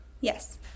yes